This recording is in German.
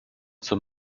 zum